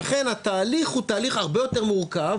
ולכן התהליך הוא תהליך הרבה יותר מורכב,